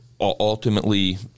ultimately